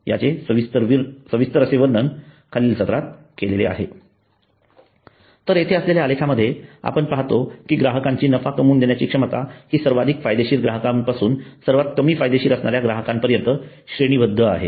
याचे सविस्तर असे वर्णन खालील सत्रात केलेले आहे तर येथे असलेल्या आलेखामध्ये आपण असे पाहतो की ग्राहकांची नफा कमवून देण्याची क्षमता हि सर्वाधिक फायदेशीर ग्राहकांपासून सर्वात कमी फायदेशीर असणाऱ्या ग्राहकांपर्यंत श्रेणीबद्ध आहे